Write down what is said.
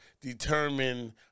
determine